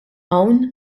hawn